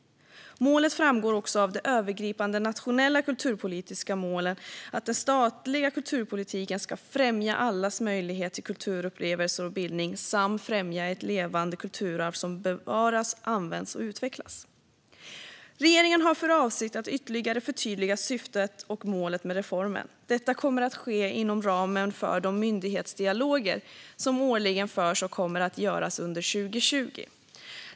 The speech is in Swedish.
Målet framgår också av de övergripande nationella kulturpolitiska målen, att den statliga kulturpolitiken ska främja allas möjlighet till kulturupplevelser och bildning samt främja ett levande kulturarv som bevaras, används och utvecklas. Regeringen har för avsikt att ytterligare förtydliga syftet och målet med reformen. Detta kommer att ske inom ramen för de myndighetsdialoger som årligen förs och kommer att föras under 2020.